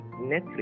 Netflix